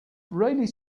raleigh